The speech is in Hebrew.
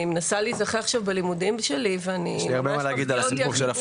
אני מנסה להיזכר בלימודים שלי וממש מפתיע אותי